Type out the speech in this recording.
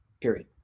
Period